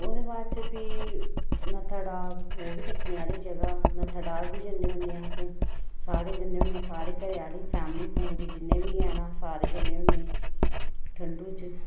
ओह्दे बाद च फ्ही नत्थाटॉप ओह् बी दिक्खने आह्ली जगह् नत्थाटॉप बी जन्ने होन्ने अस सारे जन्ने होन्ने आं सारे घरै आह्ले फैमली पूरी जिन्ने बी हैन अस सारे जन्ने होन्ने ठंडू च